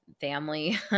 family